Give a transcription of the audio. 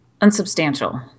unsubstantial